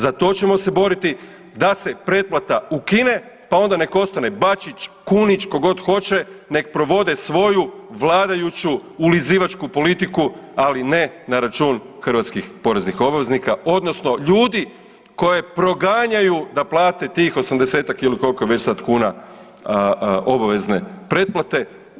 Za to ćemo se boriti da se pretplata ukine, pa onda neka ostane Bačić, Kunić tko god hoće neka provode svoju vladajuću ulizivačku politiku ali ne na račun hrvatskih poreznih obveznika odnosno ljudi koje proganjaju da plate tih 80-tak ili koliko već sada kuna obavezne pretplate.